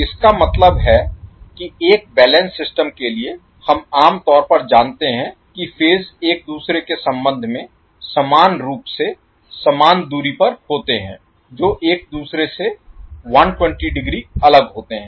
इसका मतलब है कि एक बैलेंस्ड सिस्टम के लिए हम आम तौर पर जानते हैं कि फेज एक दूसरे के संबंध में समान रूप से समान दूरी पर होते हैं जो एक दूसरे से 120 डिग्री अलग होते हैं